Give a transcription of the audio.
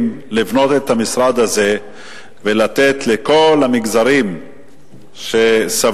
לבנות את המשרד הזה ולתת לכל המגזרים שסבלו.